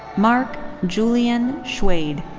mark julian schwade.